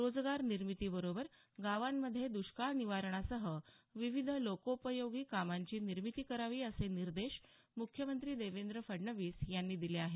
रोजगार निर्मितीबरोबर गावांमध्ये दृष्काळ निवारणासह विविध लोकोपयोगी कामांची निर्मिती करावी असे निर्देश मुख्यमंत्री देवेंद्र फडणवीस यांनी दिले आहेत